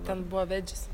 ten buvo vedžis